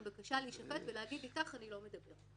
בקשה להישפט ולהגיד: איתך אני לא מדבר.